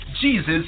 Jesus